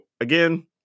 again